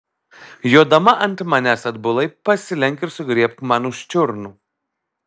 jodama ant manęs atbulai pasilenk ir sugriebk man už čiurnų